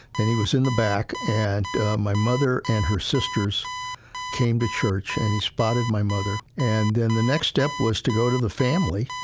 and he was in the back, and my mother and her sisters came to church and he spotted my mother. and then, the next step was to go to the family,